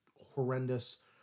horrendous